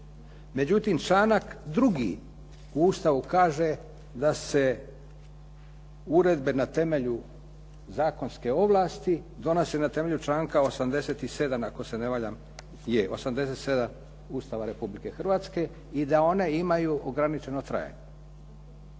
Međutim, članak 2. u Ustavu kaže da se uredbe na temelju zakonske ovlasti donose na temelju članka 87. ako se ne varam, je, Ustava Republike Hrvatske i da one imaju ograničeno trajanje.